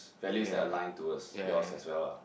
values that are lined towards yours as well lah